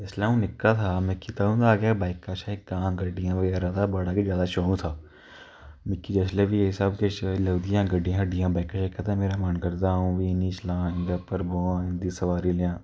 जिसलै अ'ऊं निक्का था मिकी तदुं दा गै बाइकां शाइकां गड्डियां बगैरा दा बड़ा गै जादा शौक था मिकी जिसलै बी एह् सब किश लभदियां गड्डियां शड्डियां बाइकां शाइकां ते मेरा मन करदा अ'ऊं बी इ'नें ई चलांऽ इं'दे पर बोआं इ'न्दी सबारी लैआं